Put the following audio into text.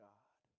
God